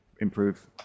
improve